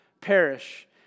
perish